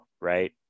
right